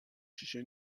شیشه